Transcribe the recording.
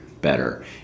better